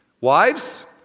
Wives